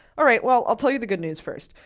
all right, well, i'll tell you the good news first.